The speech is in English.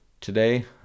today